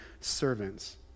servants